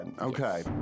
Okay